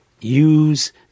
use